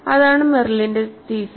അതാണ് മെറിലിന്റെ തീസിസ്